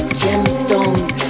gemstones